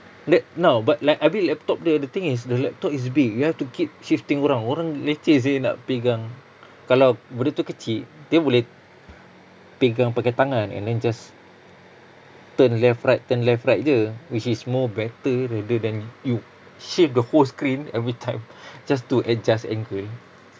that now but like abeh laptop dia the thing is the laptop is big you have to keep shifting around orang leceh seh nak pegang kalau benda tu kecil dia boleh pegang pakai tangan and then just turn left right turn left right jer which is more better rather than you shift the whole screen every time just to adjust angle